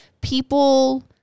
people